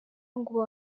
ngo